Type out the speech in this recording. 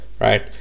right